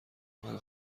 منو